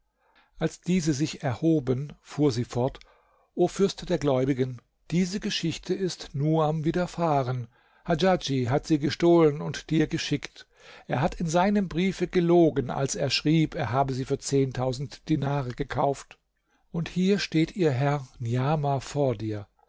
als diese sich erhoben fuhr sie fort o fürst der gläubigen diese geschichte ist nuam widerfahren hadjadj hat sie gestohlen und dir geschickt er hat in seinem briefe gelogen als er schrieb er habe sie für zehntausend dinare gekauft und hier steht ihr herr niamah vor dir